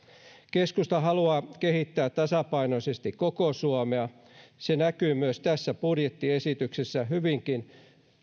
keskusta haluaa kehittää tasapainoisesti koko suomea se näkyy myös tässä budjettiesityksessä hyvinkin